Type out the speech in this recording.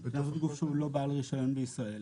בתור גוף שהוא לא בעל רישיון בישראל,